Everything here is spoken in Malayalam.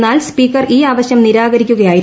എന്നാൽ സ്പീക്കർ ഈ ആവശ്യം നിരാകരിക്കുകയായിരുന്നു